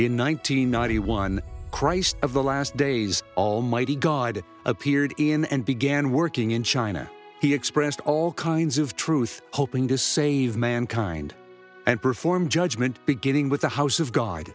hundred ninety one christ of the last days almighty god appeared in and began working in china he expressed all kinds of truth hoping to save mankind and perform judgment beginning with the house of god